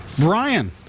Brian